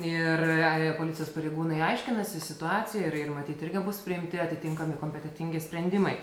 ir policijos pareigūnai aiškinasi situaciją ir ir matyt irgi bus priimti atitinkami kompetentingi sprendimai